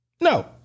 No